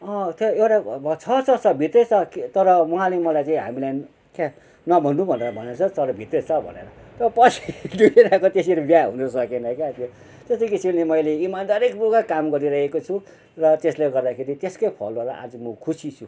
छ एउटा छ छ भित्रै छ तर उहाँले मलाई चाहिँ हामीलाई क्या नभन्नु भनेर भनेछ तर भित्रै छ भनेर तर पछि दुईजनाको त्यसरी बिहा हुन सकेन क्या त्यस्तै किसिमले मैले इमानदारी पूर्वक काम गरिरहेको छु र त्यसले गर्दाखेरि त्यसकै फल होला आज म खुसी छु